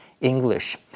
English